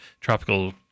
tropical